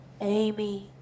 Amy